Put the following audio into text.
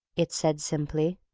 it said, simply.